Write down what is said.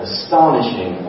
Astonishing